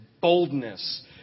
boldness